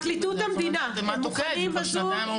פרקליטות המדינה, אתם מוכנים בזום?